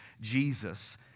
Jesus